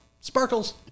Sparkles